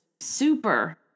super